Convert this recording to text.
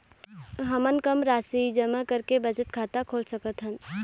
हमन कम राशि जमा करके बचत खाता खोल सकथन?